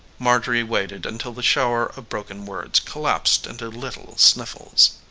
marjorie waited until the shower of broken words collapsed into little sniffles.